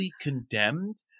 condemned